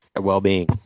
well-being